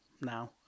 now